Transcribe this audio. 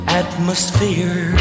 atmosphere